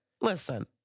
Listen